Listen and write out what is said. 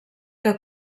que